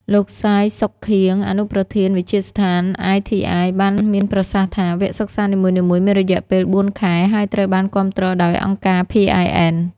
លោក សាយ សុខៀង អនុប្រធានវិទ្យាស្ថាន ITI បានមានប្រសាសន៍ថា “វគ្គសិក្សានីមួយៗមានរយៈពេលបួនខែ ហើយត្រូវបានគាំទ្រដោយអង្គការ PIN។